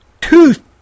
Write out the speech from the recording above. tooth